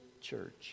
church